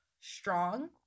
strong